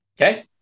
Okay